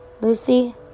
Lucy